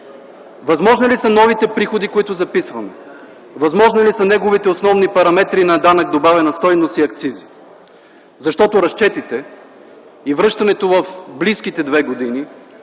възможни ли са новите приходи, които записваме? Възможни ли са неговите основни параметри на данък добавена стойност и акциз? Разчетите и връщането в близките две години